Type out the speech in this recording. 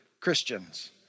Christians